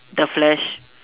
the flesh